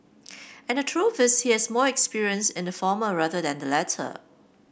and the truth is he has more experience in the former rather than the latter